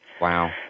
Wow